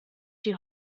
die